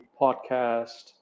podcast